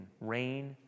rain